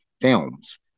films